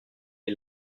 est